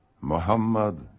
Muhammad